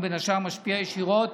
ובין השאר משפיע ישירות